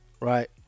right